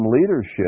leadership